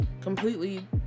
completely